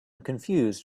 confused